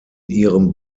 ihrem